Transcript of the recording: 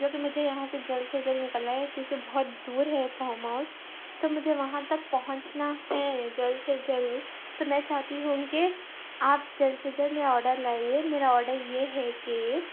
جوکہ مجھے یہاں جلد سے جلد نکلنا ہے کیونکہ بہت دور ہے فارم ہاؤس تو مجھے وہاں تک پہنچنا ہے جلد سے جلد تو میں چاہتی ہوں کہ آپ جلد سے جلد میرا آرڈر لائیے میرا آرڈر یہ ہے کہ